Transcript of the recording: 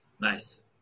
Nice